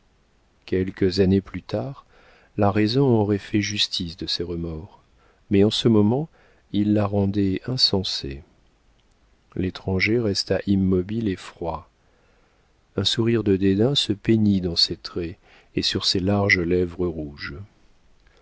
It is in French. quelques années plus tard la raison aurait fait justice de ses remords mais en ce moment ils la rendaient insensée l'étranger resta immobile et froid un sourire de dédain se peignit dans ses traits et sur ses larges lèvres rouges